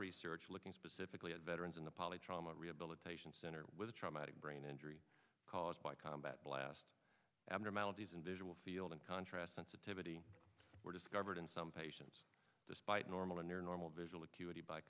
research looking specifically at veterans in the poly trauma rehabilitation center with a traumatic brain injury caused by combat blast abnormalities in visual field in contrast sensitivity were discovered in some patients despite normal or near normal visual acuity by